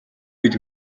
үед